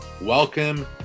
Welcome